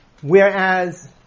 whereas